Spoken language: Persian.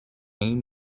این